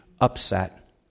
upset